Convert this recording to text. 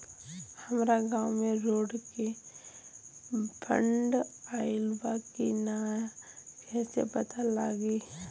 हमरा गांव मे रोड के फन्ड आइल बा कि ना कैसे पता लागि?